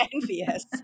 envious